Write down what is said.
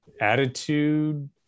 attitude